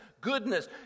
goodness